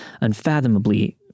unfathomably